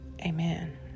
Amen